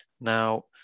Now